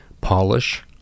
polish